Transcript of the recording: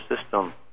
system